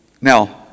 Now